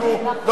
היום?